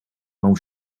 mewn